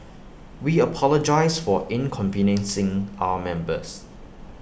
we apologise for inconveniencing our members